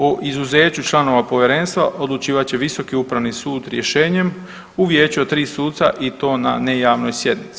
O izuzeću članova Povjerenstva odlučivat će Visoki upravni sud rješenjem u vijeću od 3 suca i to na nejavnoj sjednici.